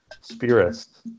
Spirits